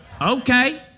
Okay